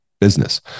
business